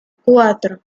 cuatro